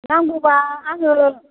नांगौबा आङो